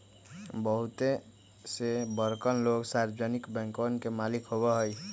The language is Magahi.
बहुते से बड़कन लोग सार्वजनिक बैंकवन के मालिक होबा हई